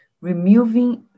removing